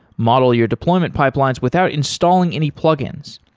model your deployment pipelines without installing any plug-ins.